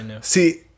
See